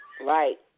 right